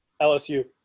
LSU